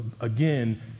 again